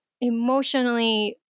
emotionally